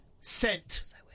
Sent